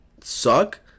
suck